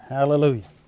Hallelujah